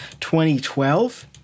2012